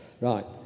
right